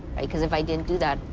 because if i didn't do that,